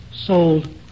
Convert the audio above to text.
Sold